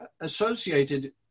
associated